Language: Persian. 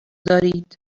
دارید